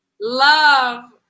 love